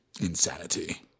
Insanity